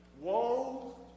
Woe